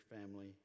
family